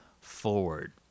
forward